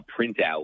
printout